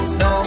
no